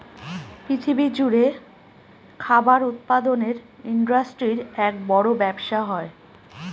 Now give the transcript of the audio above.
পৃথিবী জুড়ে খাবার উৎপাদনের ইন্ডাস্ট্রির এক বড় ব্যবসা হয়